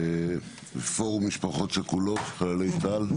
פורום משפחות שכולות, חללי צה"ל.